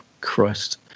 Christ